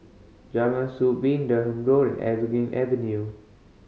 Jalan Soo Been Durham Road and Evergreen Avenue